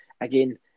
Again